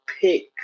pick